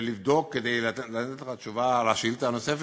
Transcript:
לבדוק כדי לתת לך תשובה על השאילתה הנוספת,